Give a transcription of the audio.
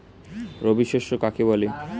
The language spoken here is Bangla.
রবি শস্য কাকে বলে?